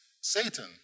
Satan